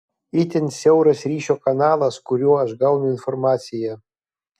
itin siauras ryšio kanalas kuriuo aš gaunu informaciją